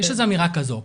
יש איזו אמירה כזו.